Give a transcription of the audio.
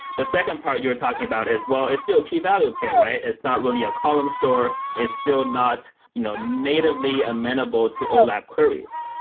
the second part you're talking about is, well, it's still key value pair, right? it's not really a column store. it's still not you know natively amenable to olap queries.